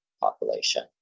population